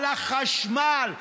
על החשמל,